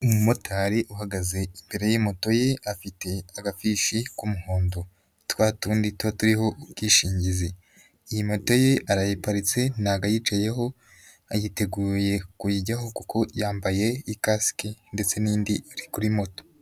Umumotari uhagaze imbere y'imoto ye, afite agafishi k'umuhondo twa tundi tuba turiho ubwishingizi. Iyi moto ye arayiparitse ntago ayicayeho, yiteguye kuyijyaho kuko yambaye ikasiki, ndetse n'indi iri kuri moto.